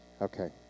Okay